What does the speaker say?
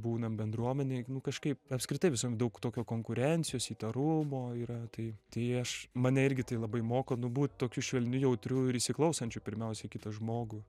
būnam bendruomenėj nu kažkaip apskritai visada daug tokio konkurencijos įtarumo yra tai tai aš mane irgi tai labai moka nu būt tokiu švelniu jautriu ir įsiklausančiu pirmiausia į kitą žmogų